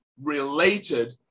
related